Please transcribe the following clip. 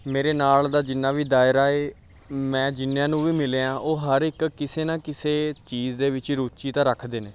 ਮੇਰੇ ਨਾਲ ਦਾ ਜਿੰਨਾ ਵੀ ਦਾਇਰਾ ਹੈ ਮੈਂ ਜਿੰਨਿਆਂ ਨੂੰ ਵੀ ਮਿਲਿਆ ਉਹ ਹਰ ਇੱਕ ਕਿਸੇ ਨਾ ਕਿਸੇ ਚੀਜ਼ ਦੇ ਵਿੱਚ ਰੁਚੀ ਤਾਂ ਰੱਖਦੇ ਨੇ